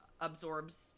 absorbs